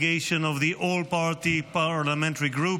of the All Party Parliamentary Group,